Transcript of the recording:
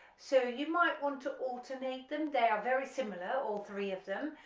so you might want to alternate them they are very similar all three of them,